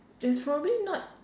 there's probably not